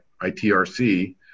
ITRC